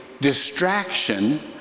distraction